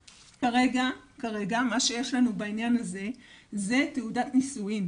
כרגע, מה שיש לנו בעניין הזה הוא תעודת נישואים.